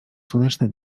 słoneczne